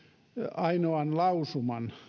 ainoan lausuman